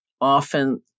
often